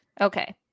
Okay